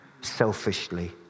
selfishly